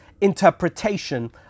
interpretation